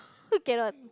look at the